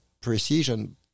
precision